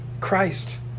Christ